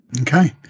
Okay